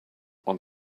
want